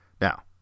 Now